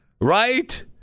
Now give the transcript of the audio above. right